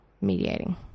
Mediating